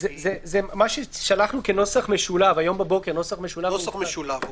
מה ששלחנו הבוקר כנוסח משולב.